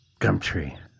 Gumtree